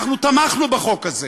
אנחנו תמכנו בחוק הזה.